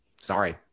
Sorry